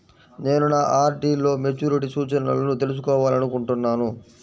నేను నా ఆర్.డీ లో మెచ్యూరిటీ సూచనలను తెలుసుకోవాలనుకుంటున్నాను